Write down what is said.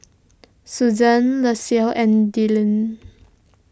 Susan Lexie and Delle